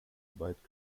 weit